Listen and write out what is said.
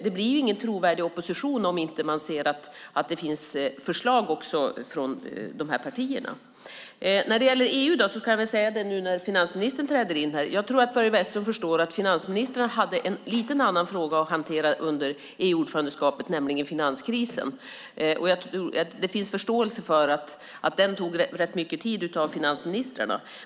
Det blir ingen trovärdig opposition om man inte ser att det finns förslag från de partierna. När det gäller EU kan jag säga nu när finansministern träder in i kammaren att jag tror att Börje Vestlund förstår att finansministrarna hade en lite annan fråga att hantera under EU-ordförandeskapet, nämligen finanskrisen. Det finns förståelse för att den tog rätt mycket tid av finansministrarna.